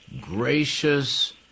gracious